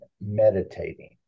meditating